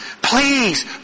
Please